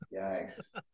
Yikes